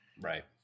right